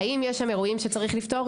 האם יש שם אירועים שצריך לפתור?